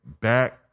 back